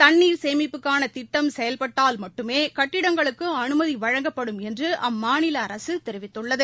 தண்ணீர் சேமிப்புக்கானதிட்டம் செய்யப்பட்டால் மட்டுமேகட்டிடங்களுக்குஅனுமதிவழங்கப்படும் என்றுஅம்மாநிலஅரசுதெரிவித்துள்ளது